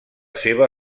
seva